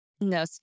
No